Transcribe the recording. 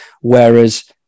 whereas